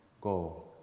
go